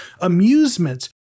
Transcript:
amusement